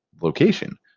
location